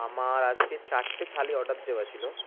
আমার আজকে চারটে থালি অর্ডার দেওয়া ছিল